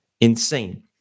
Insane